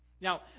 Now